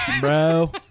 Bro